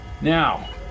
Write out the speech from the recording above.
Now